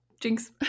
Jinx